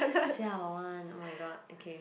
siao one oh-my-god okay